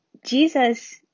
Jesus